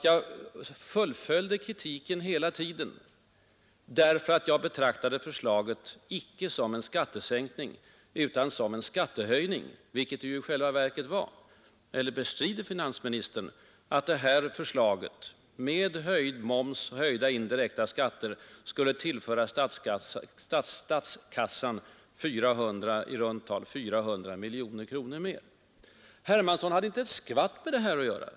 Jag fullföljde också kritiken hela tiden, därför att jag betraktade förslaget inte som en skattesänkning utan som en skattehöjning — vilket det ju i själva verket också var. Eller bestrider finansministern att förslaget med höjd moms och höjda indirekta skatter skulle tillföra statskassan i runt tal 400 miljoner kronor ytterligare? Herr Hermansson hade inte ett skvatt med den saken att göra.